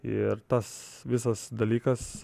ir tas visas dalykas